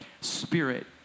spirit